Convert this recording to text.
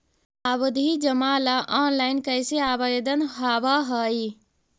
आवधि जमा ला ऑनलाइन कैसे आवेदन हावअ हई